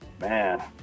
man